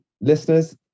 listeners